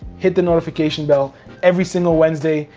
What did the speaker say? hit the notification bell. every single wednesday,